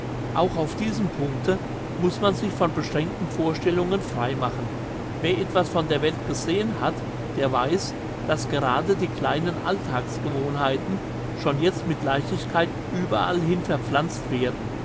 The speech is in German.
auch auf diesem punkte muss man sich von beschränkten vorstellungen freimachen wer etwas von der welt gesehen hat der weiss dass gerade die kleinen alltagsgewohnheiten schon jetzt mit leichtigkeit überallhin verpflanzt werden